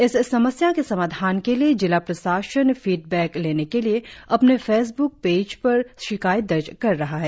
इस समस्या के समाधान के लिए जिला प्रशासन फीड बेक लेने के लिए अपने फेसबूक पेज पर शिकायत दर्ज कर रहा है